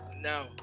no